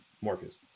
Morpheus